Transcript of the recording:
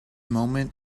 moment